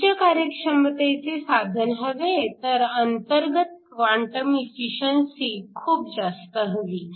उच्च कार्यक्षमतेचे साधन हवे तर अंतर्गत क्वांटम एफिशिअन्सी खूप जास्त हवी